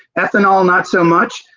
ethanol not so much,